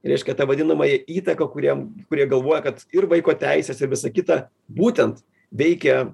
reiškia tą vadinamąją įtaką kuriem kurie galvoja kad ir vaiko teisės ir visa kita būtent veikia